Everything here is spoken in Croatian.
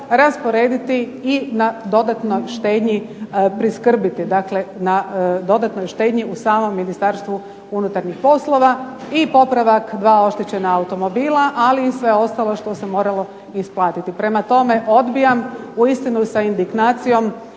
rasporediti i na dodatnoj štednji priskrbiti, dakle na dodatnoj štednji u samom Ministarstvu unutarnjih poslova i popravak dva oštećena automobila ali i sve ostalo što se moralo isplatiti. Prema tome, odbijam uistinu sa indignacijom